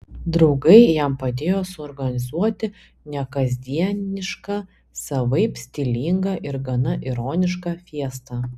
draugai jam padėjo suorganizuoti nekasdienišką savaip stilingą ir gana ironišką fiestą